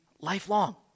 lifelong